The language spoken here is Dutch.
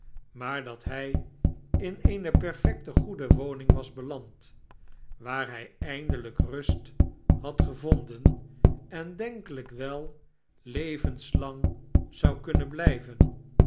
maar dat hij in eene peifecte goede woning was beland waar hy eindelyk rust had gevonden en denkelyk wel levenslang zou kunnen blijven